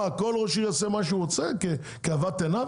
מה, כל ראש עיר יעשה מה שהוא רואה שאהבו עיניו?